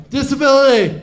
Disability